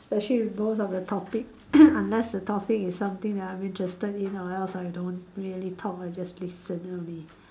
especially most of the topic unless the topic is something that I'm interested in or else I don't really talk I just listen only